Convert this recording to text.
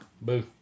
boo